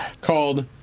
called